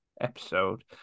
episode